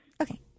Okay